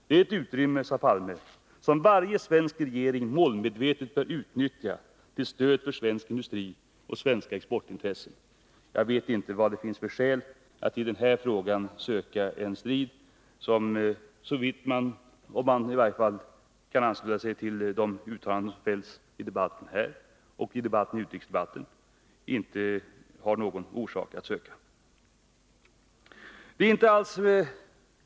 Det är ett utrymme som varje svensk regering målmedvetet bör utnyttja till stöd för svensk industri och svenska exportintressen.” Jag vet inte vad det finns för skäl att söka strid i denna fråga. Om man kan ansluta sig till de uttalanden som har fällts i den här debatten och i utrikesdebatten, har man inte någon orsak att söka strid.